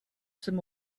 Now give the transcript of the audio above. some